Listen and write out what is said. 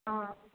ஆ